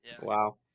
wow